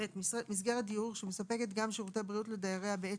(ב)מסגרת דיור שמספקת גם שירותי בריאות לדייריה בעת